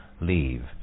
leave